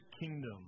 kingdom